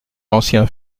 l’ancien